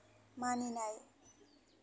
मानिनाय